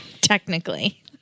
Technically